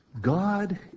God